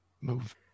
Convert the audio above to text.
move